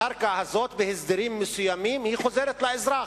הקרקע הזאת, בהסדרים מסוימים, חוזרת לאזרח.